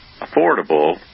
affordable